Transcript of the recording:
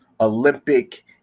Olympic